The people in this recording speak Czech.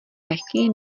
lehký